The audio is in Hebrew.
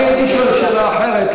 הייתי שואל שאלה אחרת,